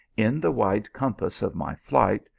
in the wide compass of my flight,